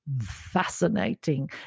fascinating